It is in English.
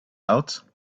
out